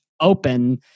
open